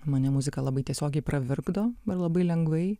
mane muzika labai tiesiogiai pravirkdo ir labai lengvai